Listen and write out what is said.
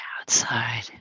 outside